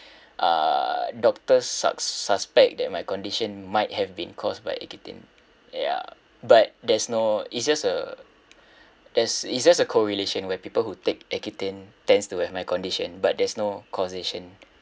uh doctor sus~ suspect that my condition might have been caused by accutane ya but there's no it's just a there's it's just a coalition where people who take accutane tends to have my condition but there's no causation